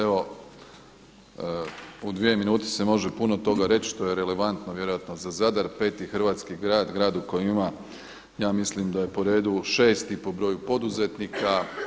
Evo, u dvije minute se može puno toga reći što je relevantno vjerojatno za Zadar peti hrvatski grad, grad u kojem ima ja mislim da je po redu šesti po broju poduzetnika.